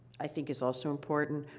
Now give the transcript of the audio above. i think is also important.